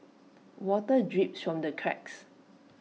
water drips from the cracks